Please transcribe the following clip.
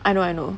I know I know